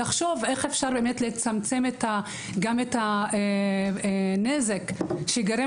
שיחשבו איך אפשר לצמצם את הנזק שייגרם